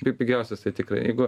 ir pigiausias tai tikrai jeigu